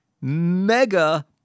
mega